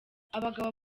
abagabo